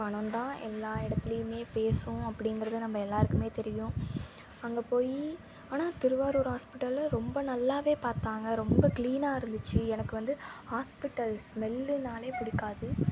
பணந்தான் எல்லா இடத்துலையுமே பேசும் அப்படிங்கிறது நம்ப எல்லாருக்குமே தெரியும் அங்கே போய் ஆனால் திருவாரூர் ஹாஸ்பிட்டலில் ரொம்ப நல்லாவே பார்த்தாங்க ரொம்ப க்ளீனாக இருந்துச்சு எனக்கு வந்து ஹாஸ்பிட்டல்ஸ் ஸ்மெல்லுனாலே பிடிக்காது